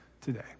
today